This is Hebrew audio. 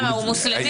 למה, הוא מוסלמי?